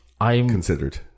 considered